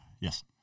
Yes